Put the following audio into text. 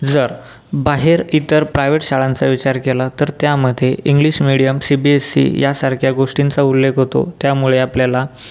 जर बाहेर इतर प्रायव्हेट शाळांचा विचार केला तर त्यामध्ये English medium C B S C यासारख्या गोष्टींचा उल्लेख होतो त्यामुळे आपल्याला